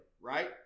right